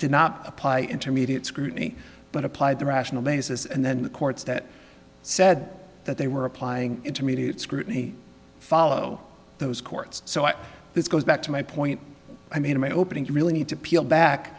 did not apply intermediate scrutiny but applied the rational basis and then the courts that said that they were applying it to me to scrutiny follow those courts so this goes back to my point i made in my opening you really need to peel back